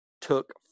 took